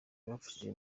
bafashije